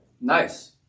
Nice